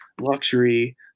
luxury